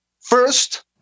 First